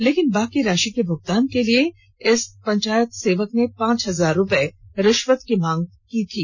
लेकिन शेष राशि के भूगतान के लिये उक्त पंचायत सेवक ने पांच हजार रुपये रिश्वत की मांग की थी